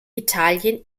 italien